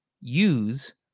use